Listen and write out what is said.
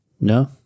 No